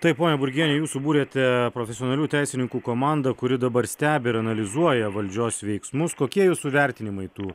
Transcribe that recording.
taip ponia burgiene jūs subūrėte profesionalių teisininkų komandą kuri dabar stebi ir analizuoja valdžios veiksmus kokie jūsų vertinimai tų